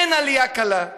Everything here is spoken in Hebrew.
אין עלייה קלה,